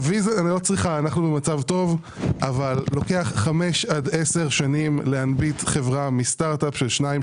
אנחנו במצב טוב אבל לוקח 5 עד 10 שנים להנביט חברה מסטארט אפ של 2,